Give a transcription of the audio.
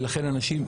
ולכן אנשים,